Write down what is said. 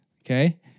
okay